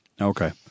Okay